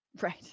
Right